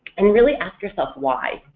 and really ask yourself why?